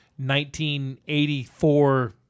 1984